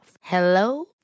Hello